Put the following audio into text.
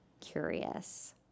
curious